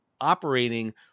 operating